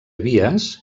vies